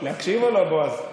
להקשיב או לא, בועז?